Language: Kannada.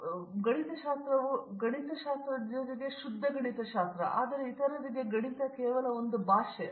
ವಿಶ್ವನಾಥನ್ ಗಣಿತಶಾಸ್ತ್ರವು ಗಣಿತಶಾಸ್ತ್ರಜ್ಞರಿಗೆ ಶುದ್ಧ ಗಣಿತಶಾಸ್ತ್ರ ಆದರೆ ಇತರರಿಗೆ ಗಣಿತ ಕೇವಲ ಒಂದು ಭಾಷೆ